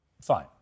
Fine